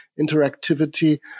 interactivity